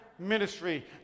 Ministry